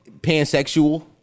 pansexual